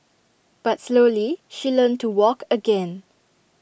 but slowly she learnt to walk again